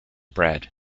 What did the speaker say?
brand